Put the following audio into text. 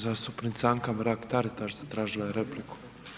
Zastupnica Anka Mrak Taritaš zatražila je repliku.